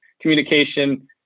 communication